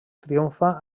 triomfa